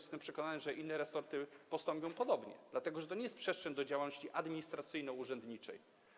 Jestem przekonany, że inne resorty postąpią podobnie, dlatego że to nie jest przestrzeń do działalności administracyjno-urzędniczej.